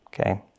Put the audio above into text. Okay